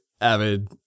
avid